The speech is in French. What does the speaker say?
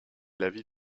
l’avis